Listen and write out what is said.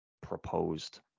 proposed